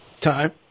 time